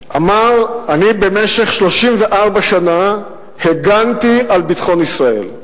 אמר: אני, במשך 34 שנה הגנתי על ביטחון ישראל,